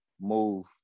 move